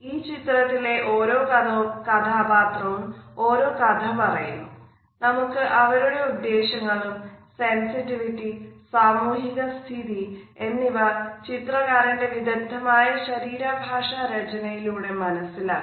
ഈ ചിത്രത്തിലെ ഓരോ കഥാപാത്രവും ഓരോ കഥ പറയുന്നു നമുക്ക് അവരുടെ ഉദ്ദേശ്യങ്ങളും സെൻസിറ്റിവിറ്റി സാമൂഹിക സ്ഥിതി എന്നിവ ചിത്രകാരന്റെ വിദഗ്ധമായ ശരീര ഭാഷ രചനയിലൂടെ മനസിലാക്കാം